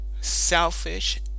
selfish